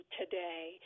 today